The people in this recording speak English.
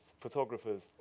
photographers